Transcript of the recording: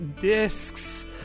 Discs